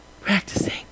practicing